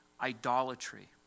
Idolatry